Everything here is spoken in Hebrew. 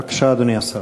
בבקשה, אדוני השר.